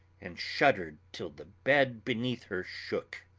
and shuddered till the bed beneath her shook.